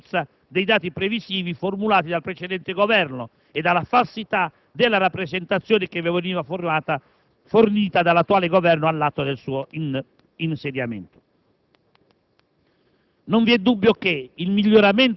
Ciò ad ulteriore dimostrazione della correttezza dei dati previsivi formulati dal precedente Governo e della falsità della rappresentazione che veniva data dall'attuale Governo all'atto del suo insediamento.